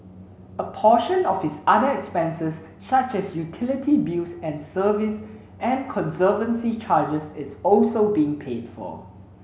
a portion of his other expenses such as utility bills and service and conservancy charges is also being paid for